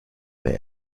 they